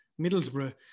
Middlesbrough